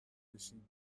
بشیم